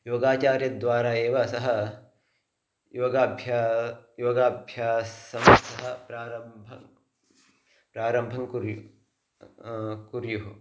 योगाचार्यद्वारा एव सः योगाभ्यासं योगाभ्यासं सः प्रारम्भः प्रारम्भं कुर्युः कुर्युः